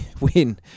win